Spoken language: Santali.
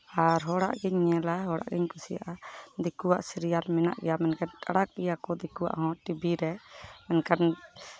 ᱟᱨ ᱦᱚᱲᱟᱜ ᱜᱤᱧ ᱧᱮᱞᱟ ᱦᱚᱲᱟᱜ ᱜᱤᱧ ᱠᱩᱥᱤᱭᱟᱜᱼᱟ ᱫᱤᱠᱩᱣᱟᱜ ᱥᱤᱨᱭᱟᱞ ᱢᱮᱱᱟᱜ ᱜᱮᱭᱟ ᱢᱮᱱᱠᱷᱟᱱ ᱟᱲᱟᱜ ᱜᱮᱭᱟ ᱠᱚ ᱫᱤᱠᱩᱣᱟᱜ ᱦᱚᱸ ᱴᱤᱵᱷᱤ ᱨᱮ ᱢᱮᱱᱠᱷᱟᱱ